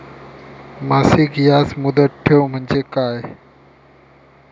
मासिक याज मुदत ठेव म्हणजे काय?